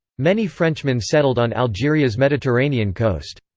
many frenchman settled on algeria's mediterranean coast.